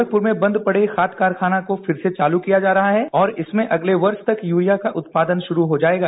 गोरखपुर में बंद पड़े खाद कारखाने को फिर से चालू किया जा रहा है और इसमें अगले वर्ष तक यूरिया का उत्पादन शुरू हो जाएगा